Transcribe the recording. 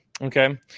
Okay